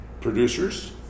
producers